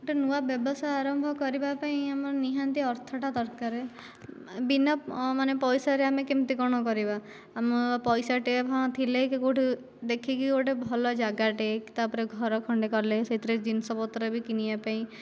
ଗୋଟିଏ ନୂଆ ବ୍ୟବସାୟ ଆରମ୍ଭ କରିବା ପାଇଁ ଆମର ନିହାତି ଅର୍ଥଟା ଦରକାର ବିନା ମାନେ ପଇସାରେ ଆମେ କେମିତି କ'ଣ କରିବା ଆମ ପଇସା ଟିଏ ହଁ ଥିଲେ କି କେଉଁଠୁ ହଁ ଦେଖିକି ଗୋଟିଏ ଭଲ ଜାଗାଟିଏ ତାପରେ ଘର ଖଣ୍ଡେ କଲେ ସେଥିରେ ଜିନିଷପତ୍ର ବି କିଣିବା ପାଇଁ